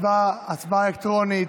הצבעה אלקטרונית.